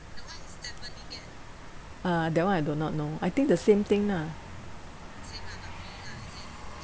ah that one I do not know I think the same thing lah